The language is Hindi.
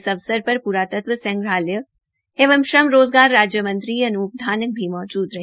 इस अवसर पर प्रातत्व संग्रहालय एवं श्रम रोजगार राज्यमंत्री श्री अन्प धानक भी मौजूद रहे